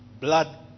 blood